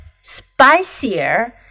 spicier